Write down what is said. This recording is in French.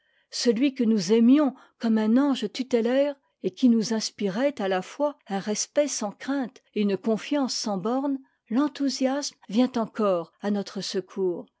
celui que nous aimions comme un ange tutélaire et qui nous inspirait à la fois un respect sans crainte et une confiance sans bornes l'enthousiasme vient encore à notre secours